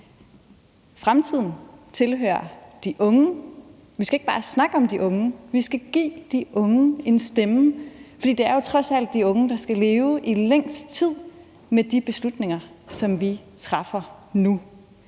Fremtiden tilhører de unge. Vi skal ikke bare snakke om de unge, vi skal give de unge en stemme, for det er jo trods alt de unge, der skal leve i længst tid med de beslutninger, som vi træffer nu.